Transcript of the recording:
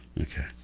Okay